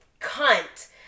cunt